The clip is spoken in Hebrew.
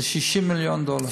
זה 60 מיליון דולר.